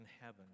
heaven